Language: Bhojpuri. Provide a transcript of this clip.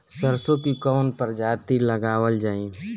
सरसो की कवन प्रजाति लगावल जाई?